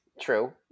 True